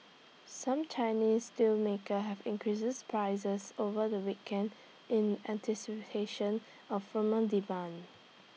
some Chinese steelmakers have increased prices over the weekend in anticipation of firmer demand